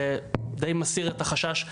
די מסיר את החשש,